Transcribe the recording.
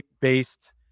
based